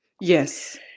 Yes